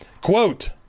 Quote